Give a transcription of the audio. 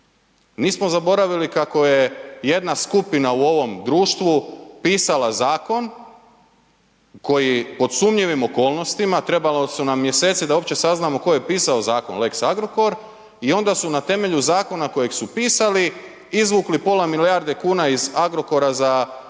Nismo zaboravili kako je jedna skupina u ovom društvu pisala zakon koji pod sumnjivim okolnostima, trebali su nam mjeseci da uopće saznamo tko je pisao zakon lex Agrokor i onda su na temelju zakona kojeg su pisali izvukli pola milijarde kuna iz Agrokora za